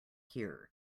here